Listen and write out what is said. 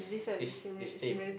is is same